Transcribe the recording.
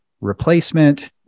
replacement